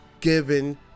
given